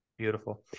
beautiful